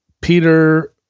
Peter